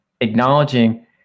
acknowledging